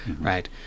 right